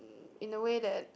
in the way that